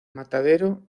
matadero